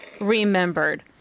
remembered